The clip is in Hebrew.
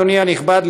אדוני הנכבד,